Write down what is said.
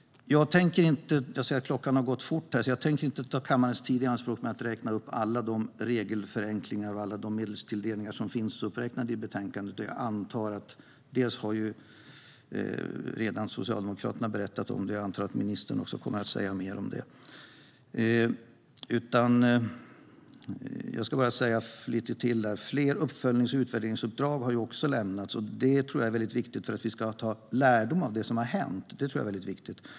Jag ser att tiden har gått fort, så jag tänker inte ta kammarens tid i anspråk för att räkna upp alla de regelförenklingar och medelstilldelningar som finns uppräknade i betänkandet. Dels har Socialdemokraterna redan berättat om det, dels antar jag att ministern kommer att säga mer om det. Fler uppföljnings och utvärderingsuppdrag har också lämnats, och det tror jag är viktigt för att vi ska dra lärdom av det som har hänt.